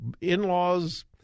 in-laws